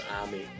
army